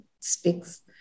speaks